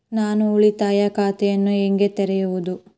ನಾನು ಉಳಿತಾಯ ಖಾತೆಯನ್ನು ಹೇಗೆ ತೆರೆಯುವುದು?